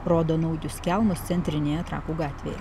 rodo naujus kelmus centrinėje trakų gatvėje